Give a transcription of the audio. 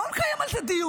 לא מקיים על זה דיון.